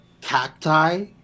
Cacti